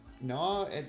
no